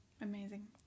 amazing